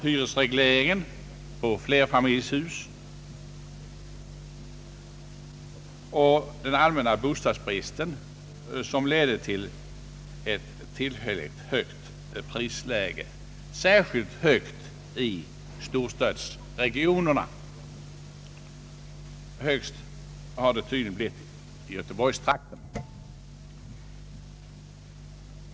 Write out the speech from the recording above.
Hyresregleringen beträffande flerfamiljshus och den allmänna bostadsbristen ledde till ett tillfälligt högt prisläge, särskilt i storstadsregionerna. Högst har det tydligen blivit i Göteborgstrakten.